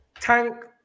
Tank